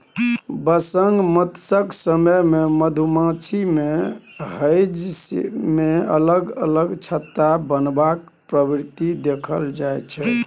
बसंमतसक समय मे मधुमाछी मे हेंज मे अलग अलग छत्ता बनेबाक प्रवृति देखल जाइ छै